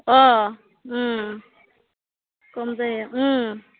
अ खम जायो